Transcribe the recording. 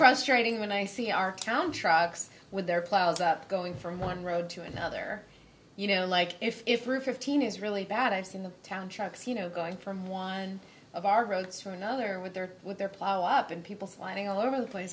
frustrating when i see our town trucks with their plows up going from one road to another you know like if we're fifteen is really bad i've seen the town trucks you know going from one of our roads for another with their with their plow up and people flying all over the place